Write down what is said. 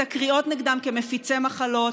את הקריאות נגדם כמפיצי מחלות,